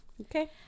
Okay